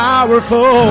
Powerful